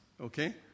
okay